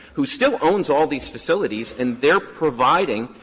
who still owns all these facilities and they're providing,